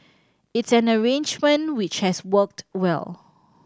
it's an arrangement which has worked well